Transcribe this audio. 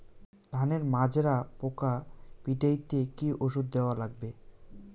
ধানের মাজরা পোকা পিটাইতে কি ওষুধ দেওয়া লাগবে?